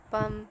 Pam